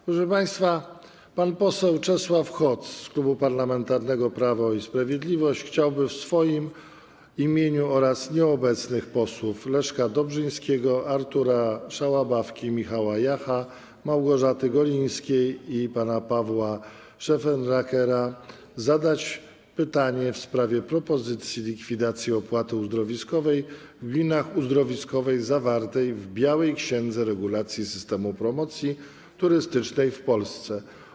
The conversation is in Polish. Proszę państwa, pan poseł Czesław Hoc z Klubu Parlamentarnego Prawo i Sprawiedliwość chciałby w swoim imieniu oraz w imieniu nieobecnych posłów Leszka Dobrzyńskiego, Artura Szałabawki, Michała Jacha, Małgorzaty Golińskiej i pana Pawła Szefernakera zadać pytanie w sprawie propozycji likwidacji opłaty uzdrowiskowej w gminach uzdrowiskowych zawartej w „Białej księdze regulacji systemu promocji turystycznej w Polsce”